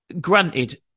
granted